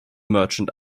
merchant